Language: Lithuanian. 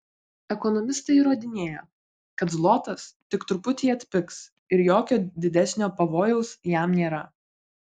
ekonomistai įrodinėjo kad zlotas tik truputį atpigs ir jokio didesnio pavojaus jam nėra